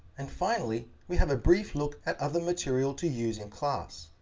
and finally, we have a brief look at other material to use in class.